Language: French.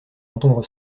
entendre